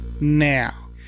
now